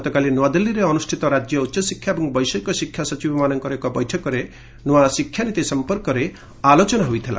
ଗତକାଲି ନୂଆଦିଲ୍ଲୀରେ ଅନୁଷ୍ଠିତ ରାଜ୍ୟ ଉଚ୍ଚଶିକ୍ଷା ଏବଂ ବୈଷୟିକ ଶିକ୍ଷା ସଚିବମାନଙ୍କର ଏକ ବୈଠକରେ ନ୍ତୁଆ ଶିକ୍ଷାନୀତି ସମ୍ପର୍କରେ ଆଲୋଚନା ହୋଇଥିଲା